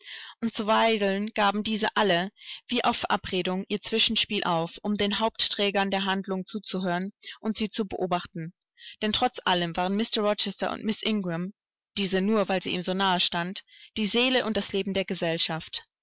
und zuweilen gaben diese alle wie auf verabredung ihr zwischenspiel auf um den hauptträgern der handlung zuzuhören und sie zu beobachten denn trotz allem waren mr rochester und miß ingram diese nur weil sie ihm so nahe stand die seele und das leben der gesellschaft